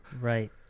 Right